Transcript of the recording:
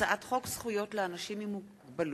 הצעת חוק זכויות לאנשים עם מוגבלות